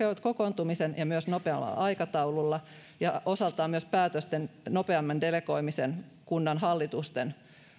kokoontumisen rajoitetummalla kokoonpanolla ja myös nopealla aikataululla ja osaltaan myös päätösten nopeamman delegoimisen kunnanhallitusten